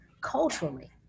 culturally